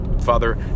father